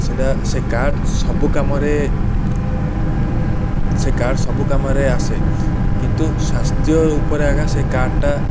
ସେଇଟା ସେ କାର୍ଡ଼ ସବୁ କାମରେ ସେ କାର୍ଡ଼ ସବୁ କାମରେ ଆସେ କିନ୍ତୁ ସ୍ୱାସ୍ଥ୍ୟ ଉପରେ ଆଜ୍ଞା ସେ କାର୍ଡ଼ଟା